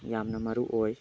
ꯌꯥꯝꯅ ꯃꯔꯨ ꯑꯣꯏ